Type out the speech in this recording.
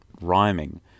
rhyming